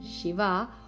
Shiva